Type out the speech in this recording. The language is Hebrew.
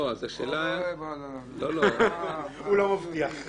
הוא לא מבטיח.